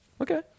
okay